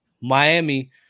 Miami